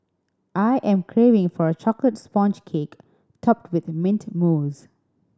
I am craving for a chocolate sponge cake topped with mint mousse